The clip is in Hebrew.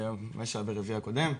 מה שהיה ברביעי הקודם,